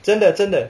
真的真的